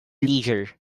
leisure